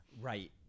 Right